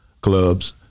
Clubs